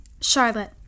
Charlotte